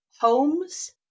homes